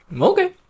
Okay